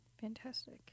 Fantastic